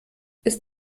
ist